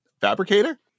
Fabricator